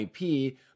IP